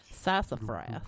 Sassafras